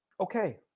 okay